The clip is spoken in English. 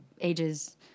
Ages